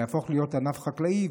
כך שזה יהפוך להיות ענף חקלאי.